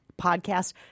Podcast